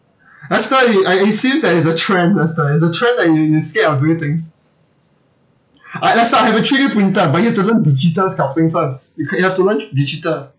lester it uh it seems like it's a trend lester it's a trend that you you scared of doing things uh lester I have uh three new printer but you've to learn digital sculpting first you could you have to learn digital